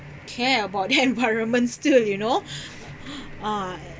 care about the environment still you know ah